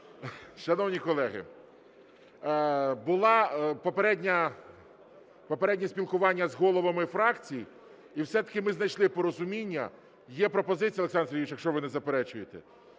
Шановні колеги, було попереднє спілкування з головами фракцій, і все-таки ми знайшли порозуміння. Є пропозиція, Олександр Сергійович, якщо ви не заперечуєте,